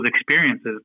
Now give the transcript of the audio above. experiences